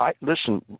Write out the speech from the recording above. listen